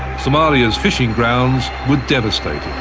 somalia's fishing grounds were devastated.